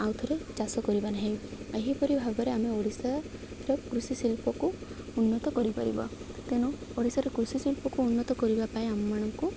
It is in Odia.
ଆଉ ଥରେ ଚାଷ କରିବା ନାହିଁ ଏହିପରି ଭାବରେ ଆମେ ଓଡ଼ିଶାର କୃଷି ଶିଳ୍ପକୁ ଉନ୍ନତ କରିପାରିବା ତେଣୁ ଓଡ଼ିଶାର କୃଷି ଶିଳ୍ପକୁ ଉନ୍ନତ କରିବା ପାଇଁ ଆମମାନଙ୍କୁ